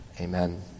Amen